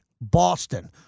Boston